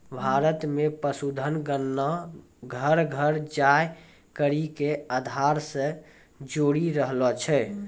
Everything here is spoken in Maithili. भारत मे पशुधन गणना घर घर जाय करि के आधार से जोरी रहलो छै